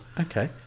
Okay